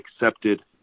accepted